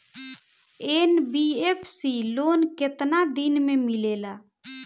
NBFC loan केतना दिन मे मिलेला?